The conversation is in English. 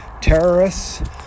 terrorists